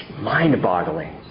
mind-boggling